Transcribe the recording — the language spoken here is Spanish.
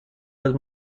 las